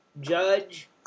Judge